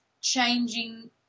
changing